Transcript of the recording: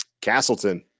Castleton